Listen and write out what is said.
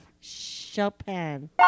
Chopin